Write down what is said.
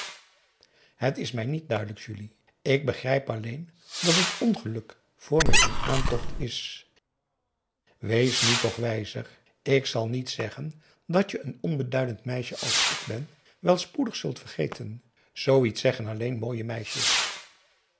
het is mij niet duidelijk julie ik begrijp alleen dat het ongeluk voor me in aantocht is wees nu toch wijzer ik zal niet zeggen dat je een onbeduidend meisje als ik ben wel spoedig zult vergeten zooiets zeggen alleen mooie meisjes